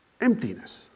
emptiness